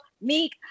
Meek